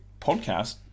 podcast